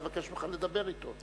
אני מבקש ממך לדבר אתו.